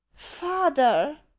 Father